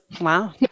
Wow